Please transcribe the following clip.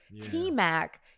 T-Mac